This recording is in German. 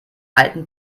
alten